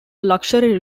luxury